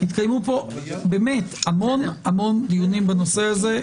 התקיימו פה המון דיונים בנושא הזה.